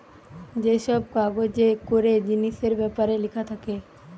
যে সব কাগজে করে জিনিসের বেপারে লিখা থাকে